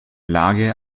lage